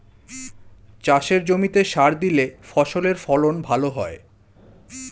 চাষের জমিতে সার দিলে ফসলের ফলন ভালো হয়